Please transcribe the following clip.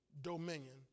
dominion